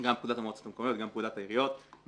גם פקודת המועצות המקומיות גם פקודת העיריות מאפשרת